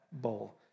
bowl